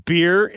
Beer